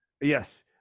Yes